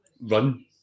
run